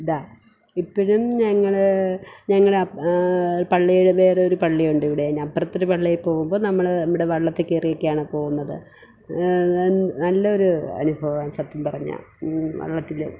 ദാ ഇപ്പോഴും ഞങ്ങൾ ഞങ്ങൾ ആ പള്ളിയിൽ വേറെ ഒരു പള്ളിയുണ്ട് ഇവിടെ അതിന് അപ്പറത്ത് ഒരു പള്ളിയിൽ പോവുമ്പം നമ്മൾ നമ്മുടെ വള്ളത്തിൽ കയറിയൊക്കെയാണ് പോവുന്നത് നല്ല ഒരു അനുഭവമാണ് സത്യം പറഞ്ഞാൽ വള്ളത്തിൽ